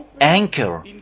anchor